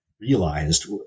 realized